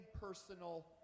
personal